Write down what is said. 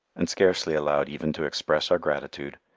and scarcely allowed even to express our gratitude.